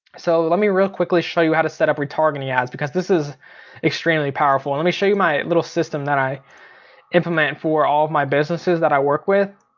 so let me real quickly show you how to set up retargeting ads, because this is extremely powerful. let me show you my little system that i implement for all of my businesses that i work with.